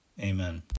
Amen